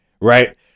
Right